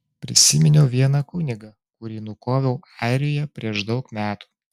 prisiminiau vieną kunigą kurį nukoviau airijoje prieš daug metų